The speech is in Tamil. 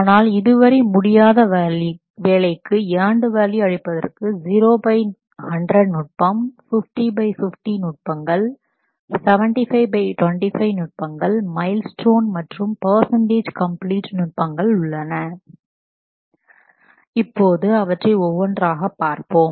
ஆனால் இதுவரை முடியாத வேலைக்கு ஏண்டு வேல்யூ அளிப்பதற்கு 0 பை 100 நுட்பம் 50 பை 50 நுட்பங்கள் 75 பை 25 நுட்பங்கள் மைல் ஸ்டோன் மற்றும் பர்சன்டேஜ் கம்ப்ளீட் நுட்பங்கள் உள்ளன இப்போது அவற்றை ஒவ்வொன்றாக பார்ப்போம்